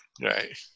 Right